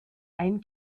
ein